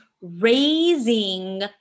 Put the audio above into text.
raising